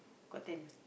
got ten